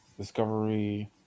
Discovery